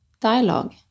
dialogue